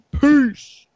Peace